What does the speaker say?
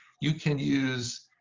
you can use